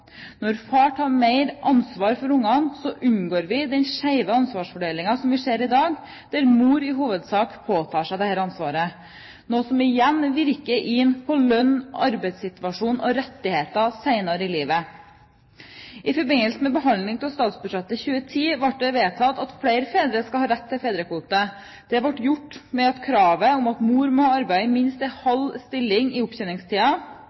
Når far tar mer ansvar for ungene, unngår vi den skeive ansvarsfordelingen som vi ser i dag, der mor i hovedsak påtar seg dette ansvaret, noe som igjen virker inn på lønn, arbeidssituasjon og rettigheter senere i livet. I forbindelse med behandlingen av statsbudsjettet for 2010 ble det vedtatt at flere fedre skal ha rett til fedrekvote. Det ble gjort ved at kravet om at mor må ha arbeidet i minst halv stilling i